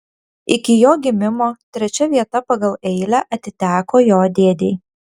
iki jo gimimo trečia vieta pagal eilę atiteko jo dėdei